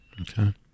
Okay